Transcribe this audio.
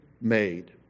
made